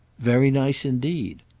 very nice indeed.